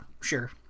sure